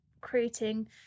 creating